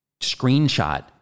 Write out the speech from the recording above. screenshot